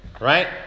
right